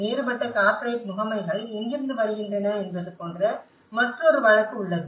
வேறுபட்ட கார்ப்பரேட் முகமைகள் எங்கிருந்து வருகின்றன என்பது போன்ற மற்றொரு வழக்கு உள்ளது